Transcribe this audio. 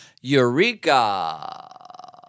Eureka